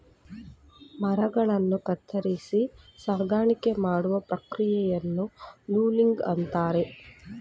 ಮರಗಳನ್ನು ಕತ್ತರಿಸಿ ಸಾಗಾಣಿಕೆ ಮಾಡುವ ಪ್ರಕ್ರಿಯೆಯನ್ನು ಲೂಗಿಂಗ್ ಅಂತರೆ